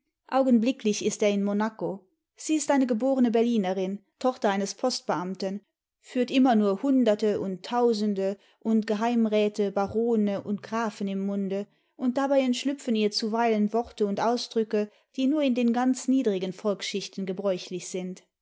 augenblicklich ist er in monaco sie ist eine geborene berlinerin tochter eines postbeamten führt immer nur hunderte und tausende und geheimräte barone und grafen im munde und dabei entschlüpfen ihr zuweilen worte und ausdrücke die nur in den ganz niedrigen volksschichten gebräuchlich sind